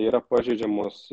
yra pažeidžiamos